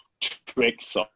tricks